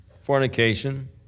Fornication